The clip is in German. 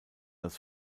als